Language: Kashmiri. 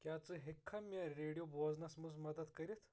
کیاہ ژٕ ہیٚکھا مےٚ ریڈیو بوزنس منز مدد کٔرِتھ ؟